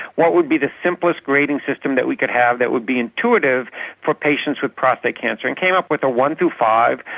what would be the simplest grading system that we could have that would be intuitive for patients with prostate cancer and came up with a one through five,